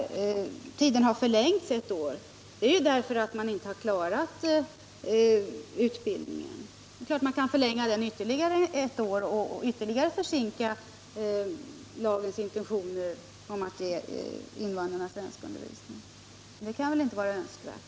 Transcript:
Att tiden har förlängts ett år beror ju på att man inte har klarat utbildningen. Man kan naturligtvis förlänga den tiden ännu ett år och ytterligare försinka genomförandet av lagens intentioner — att invandrarna skall ges svenskundervisning. Men det kan väl inte vara önskvärt.